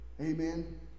Amen